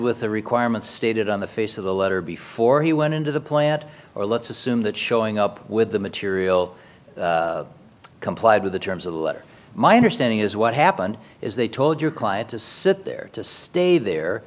with the requirements stated on the face of the letter before he went into the plant or let's assume that showing up with the material complied with the terms of the letter my understanding is what happened is they told your client to sit there to stay there